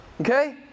Okay